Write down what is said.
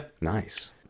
Nice